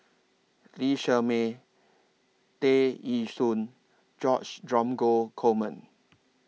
Lee Shermay Tear Ee Soon George Dromgold Coleman